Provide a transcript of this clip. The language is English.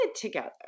together